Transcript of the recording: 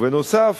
בנוסף,